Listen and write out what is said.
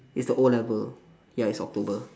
it's the O-level ya it's october